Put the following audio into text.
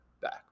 back